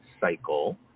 cycle